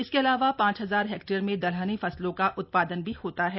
इसके अलावा पांच हजार हेक्टेयर में दलहनी फसलों का उत्पादन भी होता है